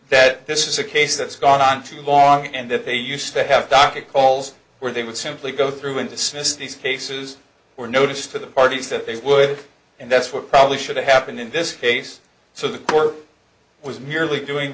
that this is a case that's gone on too long and that they used to have docket calls where they would simply go through and dismiss these cases or notice to the parties that they would and that's what probably should happen in this case so the court was merely doing